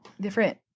different